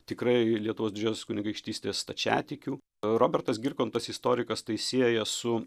tikrai lietuvos didžiosios kunigaikštystės stačiatikių robertas girkontas istorikas tai sieja su